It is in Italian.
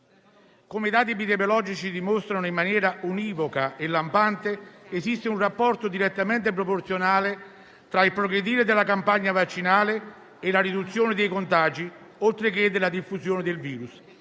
come i dati epidemiologici dimostrano in maniera univoca e lampante, esiste un rapporto direttamente proporzionale tra il progredire della campagna vaccinale e la riduzione dei contagi, oltre che della diffusione del virus.